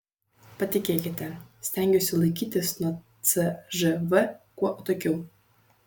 patikėkite stengiuosi laikytis nuo cžv kuo atokiau